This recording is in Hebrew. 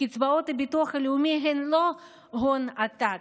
קצבאות הביטוח הלאומי הן לא הון עתק,